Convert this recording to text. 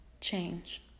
Change